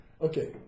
okay